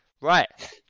right